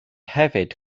hefyd